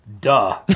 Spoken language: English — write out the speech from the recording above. Duh